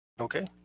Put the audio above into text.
Okay